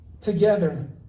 together